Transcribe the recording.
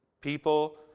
People